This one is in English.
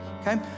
okay